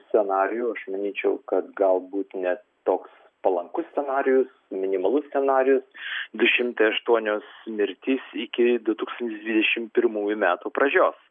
scenarijų aš manyčiau kad galbūt ne toks palankus scenarijus minimalus scenarijus du šimtai aštuonios mirtys iki du tūkstančiai dvidešim pirmųjų metų pradžios